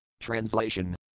Translation